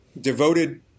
devoted